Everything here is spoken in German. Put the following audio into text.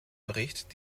bericht